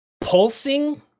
pulsing